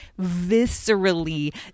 viscerally